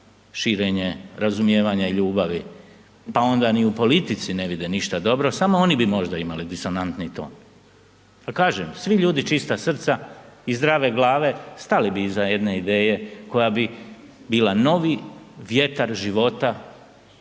širenje razumijevanja i ljubavi, pa onda ni u politici ne vide ništa dobro, samo oni bi možda imali disonantni ton. Pa kažem, svi ljudi čista srca i zdrave glave stali bi iza jedne ideje koja bi bila novi vjetar života